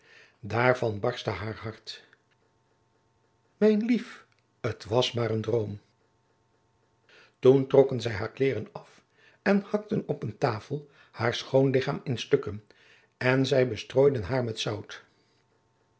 daarvan barstte haar hart mijn lief het was maar een droom toen trokken zij haar kleeren af en hakten op een tafel haar schoon lichaam in stukken en zij bestrooiden haar met zout